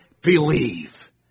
believe